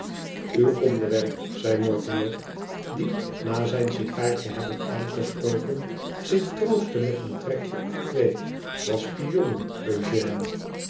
luw onderwerp zei mortimer die na zijne sigaar te hebben aangestoken zich troostte met een trekje of twee was spionnen eugène